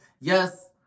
yes